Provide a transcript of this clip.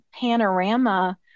panorama